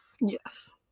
Yes